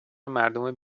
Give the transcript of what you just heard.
مردم